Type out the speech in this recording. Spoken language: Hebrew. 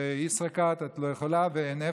לא יכולה לשלם בישראכרט,